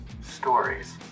stories